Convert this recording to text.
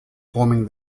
forming